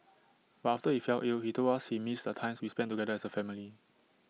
but after he fell ill he told us he missed the times we spent together as A family